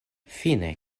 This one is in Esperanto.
fine